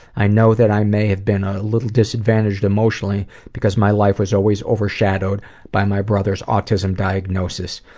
i know that i may have been a little disadvantaged emotionally, because my life was always overshadowed by my brother's autism diagnosis,